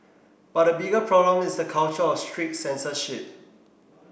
but the bigger problem is the culture of strict censorship